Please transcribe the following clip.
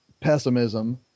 pessimism